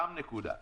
עוד נקודה.